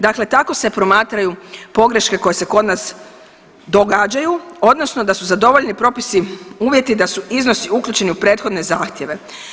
Dakle tako se promatraju pogreške koje se kod nas događaju, odnosno da su zadovoljeni propisi uvjeti da su iznosi uključeni u prethodne zahtjeve.